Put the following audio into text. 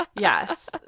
Yes